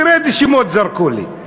תראה איזה שמות זרקו לי.